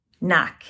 Knock